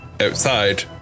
Outside